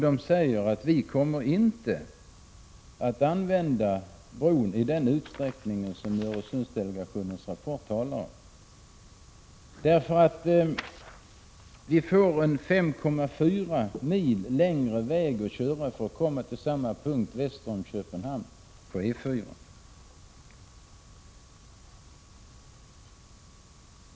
Där säger man: Vi kommer inte att använda bron i den utsträckning som Öresundsdelegationens rapport talar om, för då skulle vi få 5,4 mil längre väg att köra för att komma fram till samma punkt väster om Köpenhamn på E 4.